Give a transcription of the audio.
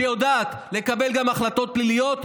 שיודעת לקבל גם ההחלטות פליליות,